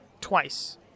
twice